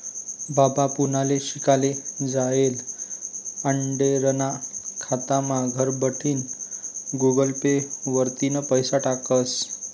बाबा पुनाले शिकाले जायेल आंडेरना खातामा घरबठीन गुगल पे वरतीन पैसा टाकस